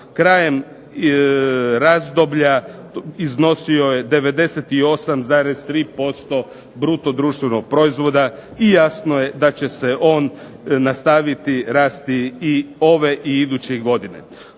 krajem razdoblja iznosio je 98,3% bruto društvenog proizvoda i jasno je da će se on nastaviti rasti i ove i iduće godine.